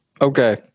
Okay